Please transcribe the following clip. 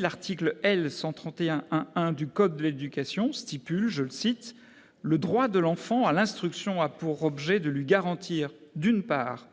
L'article L. 131-1-1 du code de l'éducation dispose ainsi :« Le droit de l'enfant à l'instruction a pour objet de lui garantir, d'une part,